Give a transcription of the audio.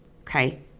Okay